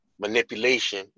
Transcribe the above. manipulation